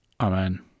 Amen